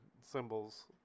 symbols